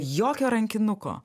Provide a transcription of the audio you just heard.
jokio rankinuko